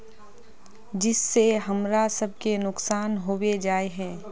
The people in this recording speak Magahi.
जिस से हमरा सब के नुकसान होबे जाय है?